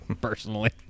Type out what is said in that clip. personally